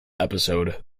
episode